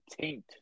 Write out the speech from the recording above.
Taint